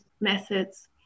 methods